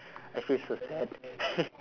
I feel so sad